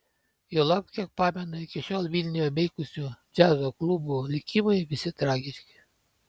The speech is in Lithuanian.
juolab kiek pamenu iki šiol vilniuje veikusių džiazo klubų likimai visi tragiški